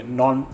non